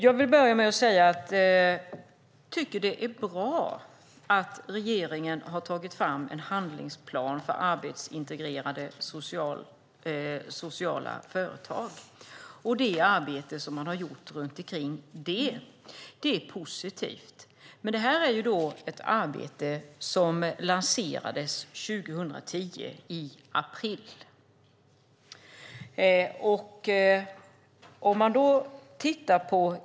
Jag vill börja med att säga att jag tycker att det är bra att regeringen har tagit fram en handlingsplan för arbetsintegrerade sociala företag. Det arbete som man har gjort med detta är positivt. Men detta är ett arbete som lanserades i april 2010.